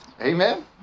Amen